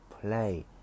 play